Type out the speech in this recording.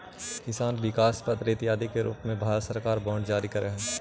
किसान विकास पत्र इत्यादि के रूप में भारत सरकार बांड जारी कैले हइ